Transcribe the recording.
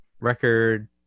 record